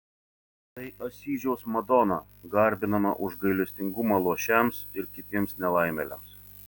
tai asyžiaus madona garbinama už gailestingumą luošiams ir kitiems nelaimėliams